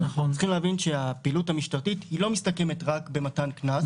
אבל אנחנו צריכים להבין שהפעילות המשטרתית לא מסתכמת רק במתן קנס.